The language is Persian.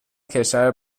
کشور